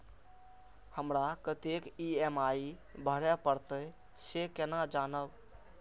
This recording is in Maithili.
हमरा कतेक ई.एम.आई भरें परतें से केना जानब?